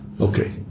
Okay